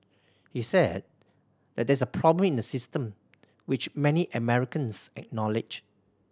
he said that there is a problem in the system which many Americans acknowledged